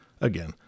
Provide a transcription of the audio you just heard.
Again